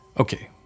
Okay